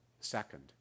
second